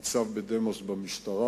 ניצב בדימוס במשטרה,